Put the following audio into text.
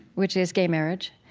which is gay marriage.